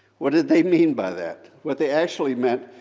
what did they mean by that? what they actually meant,